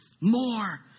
more